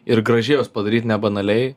ir gražiai juos padaryt ne banaliai